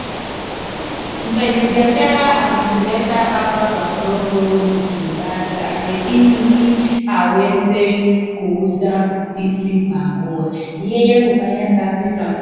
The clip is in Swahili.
Mfanyabiashara amezileta hapa kwa soko mitumba zake ili aweze kuuza hizi manguo. Yeye hufanya kazi za ku,,,